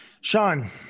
Sean